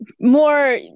more